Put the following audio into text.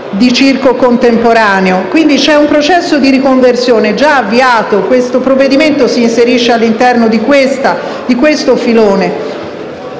un circo contemporaneo. Vi è, quindi, un processo di riconversione già avviato e il provvedimento si inserisce all'interno di siffatto filone.